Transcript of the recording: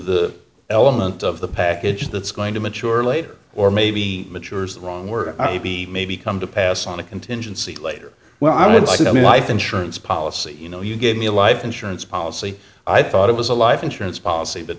the element of the package that's going to mature later or maybe matures the wrong were maybe come to pass on a contingency later well i would say i mean life insurance policy you know you gave me a life insurance policy i thought it was a life insurance policy but